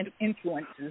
influences